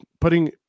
putting